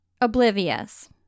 Oblivious